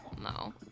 no